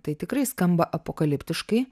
tai tikrai skamba apokaliptiškai